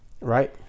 Right